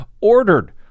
ordered